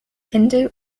hindu